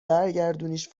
برگردونیش